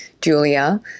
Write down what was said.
Julia